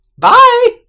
Bye